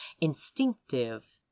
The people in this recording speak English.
instinctive